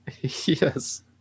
yes